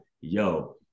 yo